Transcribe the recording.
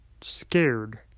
scared